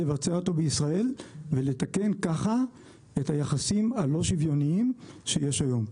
לבצע אותו בישראל ולתקן ככה את היחסים הלא שוויוניים שיש היום.